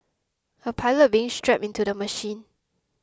a pilot being strapped into the machine